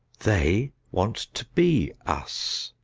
they want to be us,